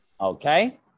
Okay